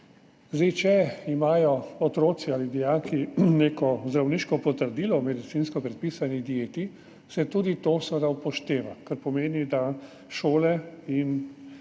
Če imajo otroci ali dijaki neko zdravniško potrdilo o medicinsko predpisani dieti, se tudi to seveda upošteva, kar pomeni, da so